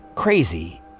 crazy